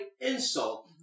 insult